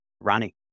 Ronnie